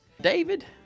David